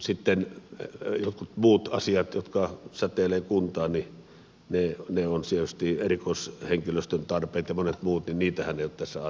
mutta sitten joitakin muita asioitahan jotka säteilevät kuntaan niitä ovat tietysti erikoishenkilöstön tarpeet ja monet muut ei ole tässä arvioitu